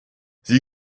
sie